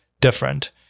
different